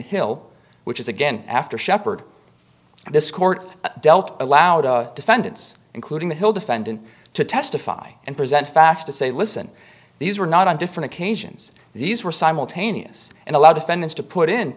hill which is again after sheppard this court dealt allow the defendants including the hill defendant to testify and present facts to say listen these were not on different occasions these were simultaneous and allow defendants to put in